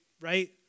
right